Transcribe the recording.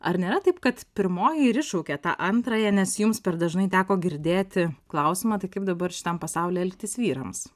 ar nėra taip kad pirmoji ir iššaukė tą antrąją nes jums per dažnai teko girdėti klausimą tai kaip dabar šitam pasauly elgtis vyrams